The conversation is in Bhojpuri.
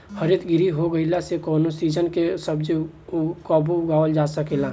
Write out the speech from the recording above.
हरितगृह हो गईला से कवनो सीजन के सब्जी कबो उगावल जा सकेला